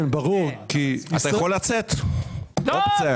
אבל אמרת, אתה לא צריך לחזור על זה, תצביע